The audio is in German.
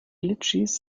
litschis